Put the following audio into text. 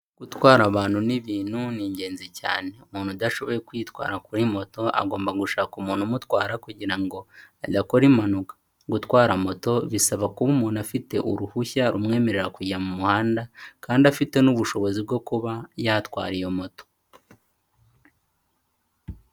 Gutwara abantu n'ibintu ni ingenzi cyane. Umuntu udashoboye kwitwara kuri moto, agomba gushaka umuntu umutwara kugira ngo adakora impanuka. Gutwara moto bisaba kuba umuntu afite uruhushya rumwemerera kujya mu muhanda, kandi afite n'ubushobozi bwo kuba yatwara iyo moto.